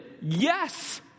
yes